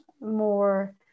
more